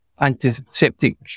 antiseptic